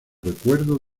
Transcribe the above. recuerdo